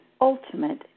ultimate